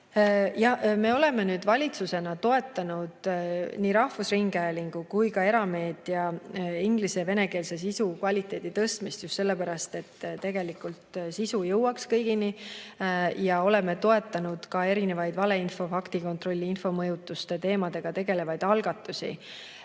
Me oleme valitsusena toetanud nii rahvusringhäälingu kui ka erameedia inglis‑ ja venekeelse sisu kvaliteedi tõstmist just sellepärast, et sisu jõuaks kõigini. Oleme toetanud ka valeinfo, faktikontrolli ja infomõjutuste teemadega tegelevaid algatusi.